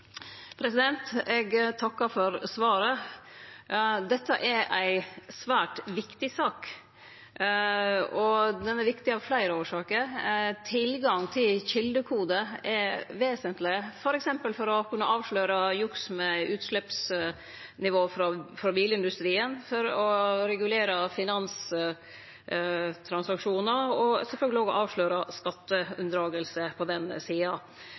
Eg takkar for svaret. Dette er ei svært viktig sak, og ho er viktig av fleire årsaker. Tilgang til kjeldekode er vesentleg f.eks. for å kunne avsløre juks med utsleppsnivå frå bilindustrien, for å regulere finanstransaksjonar og sjølvsagt også avsløre skatteunndragingar på denne sida.